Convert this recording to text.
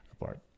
apart